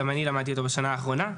גם אני למדתי אותו בשנה האחרונה.